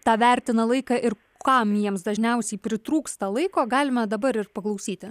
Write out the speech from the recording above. tą vertina laiką ir kam jiems dažniausiai pritrūksta laiko galima dabar ir paklausyti